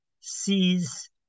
sees